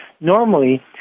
normally